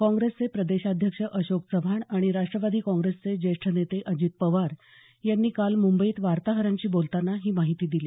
काँग्रेसचे प्रदेशाध्यक्ष अशोक चव्हाण आणि राष्टवादी काँग्रेसचे ज्येष्ठ नेते अजित पवार यांनी काल मुंबईत वार्ताहरांशी बोलतांना ही माहिती दिली